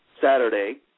saturday